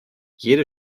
jede